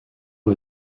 who